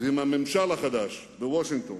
ועם הממשל החדש בוושינגטון